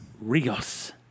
Rios